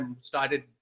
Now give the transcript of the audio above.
started